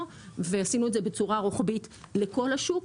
ועשינו את זה בצורה רוחבית לכל השוק.